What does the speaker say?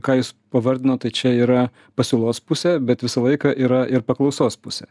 ką jis pavardino tai čia yra pasiūlos pusė bet visą laiką yra ir paklausos pusė